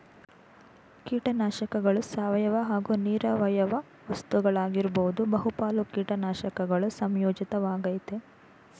ಕೀಟನಾಶಕಗಳು ಸಾವಯವ ಹಾಗೂ ನಿರವಯವ ವಸ್ತುಗಳಾಗಿರ್ಬೋದು ಬಹುಪಾಲು ಕೀಟನಾಶಕಗಳು ಸಂಯೋಜಿತ ವಾಗಯ್ತೆ